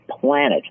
planet